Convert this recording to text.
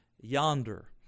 yonder